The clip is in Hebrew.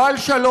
לא על שלום,